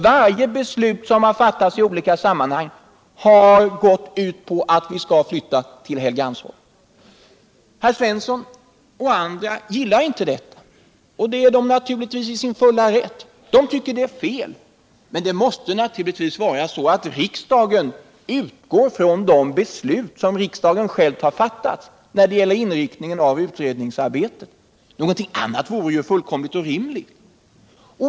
Varje beslut som har fattats har gått ut på att vi skall flytta till Helgeandsholmen. Herr Olle Svensson och andra gillar inte detta, och det har de naturligtvis sin fulla rätt till. Men det måste faktiskt vara så att riksdagen utgår från de beslut som riksdagen själv har fattat när det gäller inriktningen av utredningsarbetet. Någonting annat vore ju fullkomligt orimligt.